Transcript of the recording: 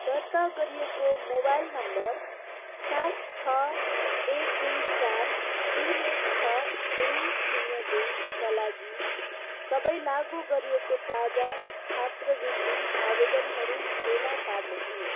दर्ता गरिएको mobile number सात छ एक दुई चार तिन एक छ दुई शून्य दुईका लागि सबै लागु गरिएको ताजा छात्रवृत्ति आवेदनहरू फेला पार्नुहोस्